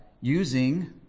using